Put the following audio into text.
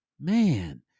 man